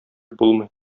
булмый